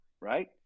right